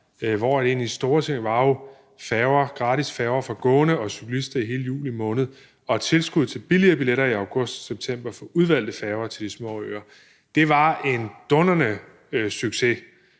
hvor en af de store ting jo var gratis færger for gående og cyklister i hele juli måned og et tilskud til billigere billetter i august-september for udvalgte færger til de små øer. Det var en dundrende succes.